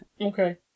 Okay